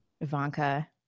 Ivanka